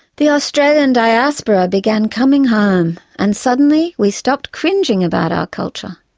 the australian diaspora began coming home, and suddenly we stopped cringing about our culture.